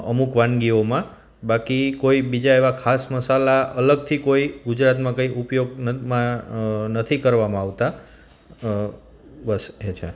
અમુક વાનગીઓમાં બાકી કોઈ બીજા એવા ખાસ મસાલા અલગથી કોઈ ગુજરાતમાં કંઇ ઉપયોગમાં નથી કરવામાં આવતા બસ એ છે